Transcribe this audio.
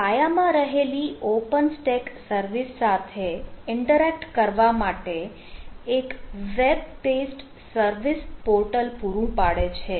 તે પાયામાં રહેલી ઓપન સ્ટેક સર્વિસ સાથે ઇન્ટરેક્ટ કરવા માટે એક વેબ બેસ્ડ સર્વિસ પોર્ટલ પૂરું પાડે છે